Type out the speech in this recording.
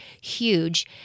huge